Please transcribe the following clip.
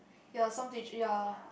ya some teach ya